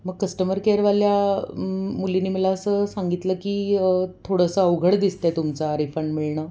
मग कस्टमर केअरवाल्या मु मुलीने मला असं सांगितलं की थोडंसं अवघड दिसतं आहे तुमचा रिफंड मिळणं